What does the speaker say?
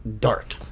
dark